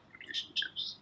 relationships